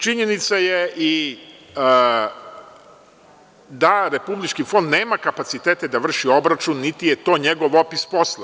Činjenica je i da Republički fond nema kapacitete da vrši obračun, niti je to njegov opis posla.